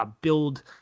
build